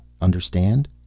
understand